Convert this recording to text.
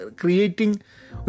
creating